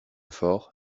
fort